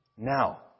Now